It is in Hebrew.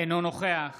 אינו נוכח